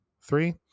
three